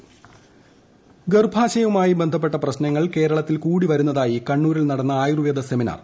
Ayurveda seminar ഗർഭാശയവുമായി ബന്ധപ്പെട്ട പ്രശ്നങ്ങൾ കേരളത്തിൽ കൂടി വരുന്നതായി കണ്ണൂരിൽ നടന്ന ആയുർവേദ സെമിനാർ